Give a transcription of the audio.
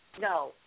no